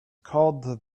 called